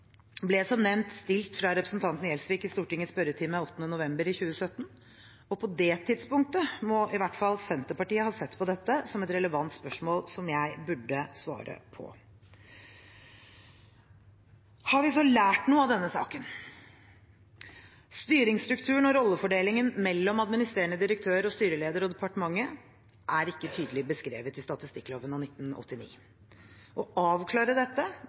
ble som nevnt stilt fra representanten Gjelsvik i Stortingets spørretime 8. november 2017. På det tidspunktet må i hvert fall Senterpartiet ha sett på dette som et relevant spørsmål som jeg burde svare på. Har vi så lært noe av denne saken? Styringsstrukturen og rollefordelingen mellom administrerende direktør og styreleder og departementet er ikke tydelig beskrevet i statistikkloven av 1989. Å avklare dette,